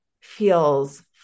feels